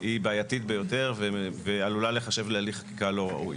היא בעייתית ביותר ועלולה להיחשב להליך חקיקה לא ראוי.